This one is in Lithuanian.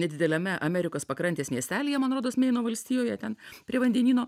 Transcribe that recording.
nedideliame amerikos pakrantės miestelyje man rodos meino valstijoje ten prie vandenyno